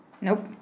Nope